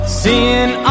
seeing